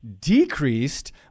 decreased